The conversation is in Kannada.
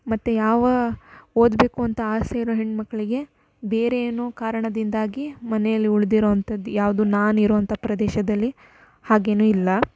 ಮತ್ತು ಯಾವ ಓದಬೇಕು ಅಂತ ಆಸೆ ಇರುವ ಹೆಣ್ಣುಮಕ್ಳಿಗೆ ಬೇರೇನೋ ಕಾರಣದಿಂದಾಗಿ ಮನೆಯಲ್ಲಿ ಉಳ್ದಿರೋವಂಥದ್ದು ಯಾವುದು ನಾನು ಇರುವಂಥ ಪ್ರದೇಶದಲ್ಲಿ ಹಾಗೇನು ಇಲ್ಲ